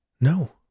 No